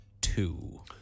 two